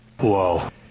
whoa